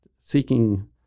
seeking